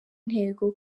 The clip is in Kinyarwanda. intego